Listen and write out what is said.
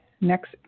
Next